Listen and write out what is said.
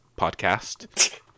podcast